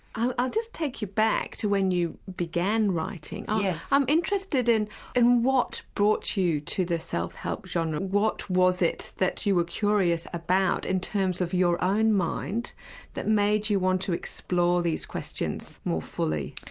i'll just take you back to when you began writing, yeah i'm interested in and what brought you to the self-help genre, what was it that you were curious about in terms of your and mind that made you want to explore these questions more fully?